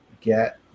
get